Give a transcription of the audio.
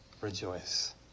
rejoice